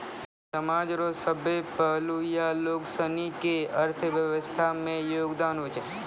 समाज रो सभ्भे पहलू या लोगसनी के अर्थव्यवस्था मे योगदान हुवै छै